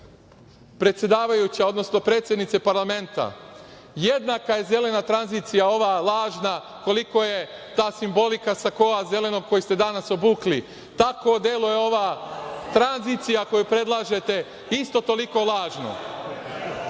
tranzicije. Predsedavajuća, odnosno predsednice parlamenta, jednaka je zelena tranzicija ova lažna koliko je ta simbolika sakoa zelenog kojeg ste danas obukli. Tako deluje ova tranzicija koju predlažete, isto toliko